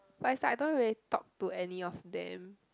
but it's like I don't really talk to any of them